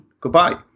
Goodbye